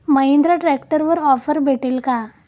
महिंद्रा ट्रॅक्टरवर ऑफर भेटेल का?